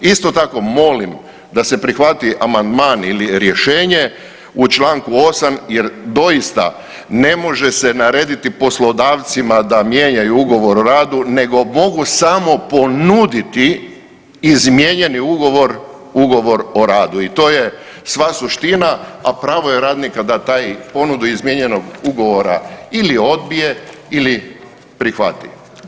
Isto tako, molim da se prihvati amandman ili rješenje u čl. 8 jer doista ne može se narediti poslodavcima da mijenjaju ugovor o radu nego mogu samo ponuditi izmijenjeni ugovor, ugovor o radu i to je sva suština, a pravo je radnika ta daj, ponudu izmijenjenog ugovora ili odbije ili prihvati.